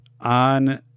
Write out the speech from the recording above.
on